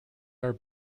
are